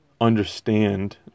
understand